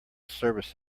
service